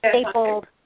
stapled